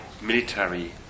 military